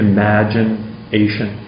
Imagination